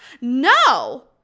No